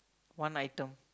one item